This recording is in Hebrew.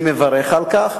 אני מברך על כך.